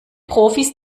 profis